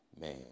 Man